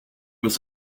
was